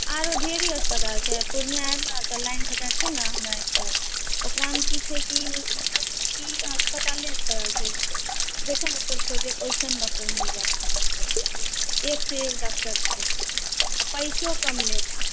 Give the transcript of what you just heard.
आरो ढेरी अस्पताल छै पूर्णिया आएब ने तऽ लाइन बाजार छै ने हमरा एतय ओकरा मे कि छै कि अस्पताले छै जइसन डॉक्टर खोजब वइसन डॉक्टर मिल जाएत अहाँकेॅं एक सऽ एक डॉक्टर छै आ पैसो कम लेत अहाँकेॅं